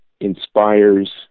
inspires